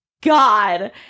God